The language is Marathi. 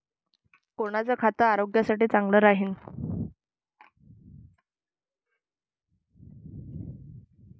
कोनचं खत आरोग्यासाठी चांगलं राहीन?